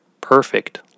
perfect